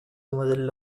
demoiselles